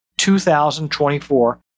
2024